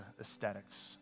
aesthetics